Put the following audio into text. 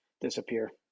disappear